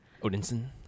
odinson